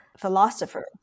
philosopher